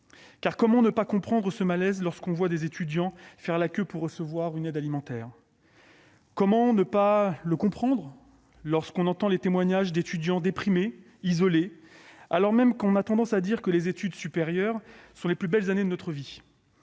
Comment ne pas comprendre ce malaise, lorsque l'on voit ces étudiants faire la queue pour recevoir une aide alimentaire ? Comment ne pas comprendre ce malaise, lorsque l'on entend les témoignages d'étudiants déprimés, isolés, alors même que l'on a coutume de dire que les années d'études supérieures sont les plus belles de nos vies,